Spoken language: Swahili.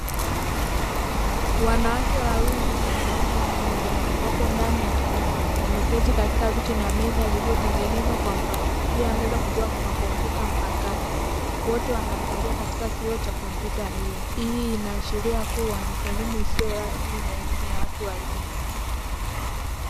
Wanawake wawili na mwanaume mmoja wapo ndani ya chumba wameketi katika viti na meza vilivyotengenezwa kwa mbao. Juu ya meza kukiwa kuna kompyuta mpakato, wote wanaangalia katika kioo cha kompyuta hiyo. Hii inaashiria kuwa ni elimu isiyo rasmi na elimu ya watu wazima.